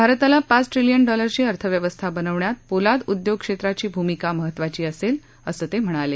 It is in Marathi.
भारताला पाच ट्रिलियन डॉलरची अर्थव्यवस्था बनवण्यात पोलाद उद्योग क्षेत्राची भूमिका महत्वाची असेल असंही ते म्हणाले